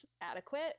adequate